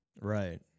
Right